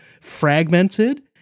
fragmented